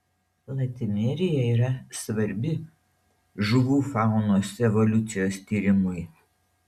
latimerija yra svarbi žuvų faunos evoliucijos tyrimui